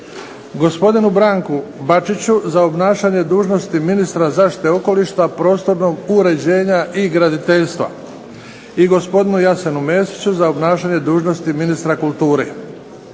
obrane; - Branku Bačiću, za obnašanje dužnosti ministra zaštite okoliša, prostornog uređenja i graditeljstva; - Jasenu Mesiću, za obnašanje dužnosti ministra kulture.